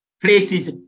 places